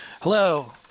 Hello